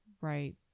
right